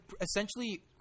essentially